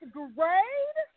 grade